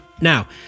Now